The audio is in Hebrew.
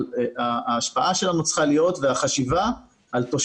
אבל ההשפעה והחשיבה שלנו צריכה להיות על תושבי